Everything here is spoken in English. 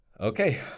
Okay